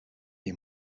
est